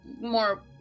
more-